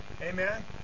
Amen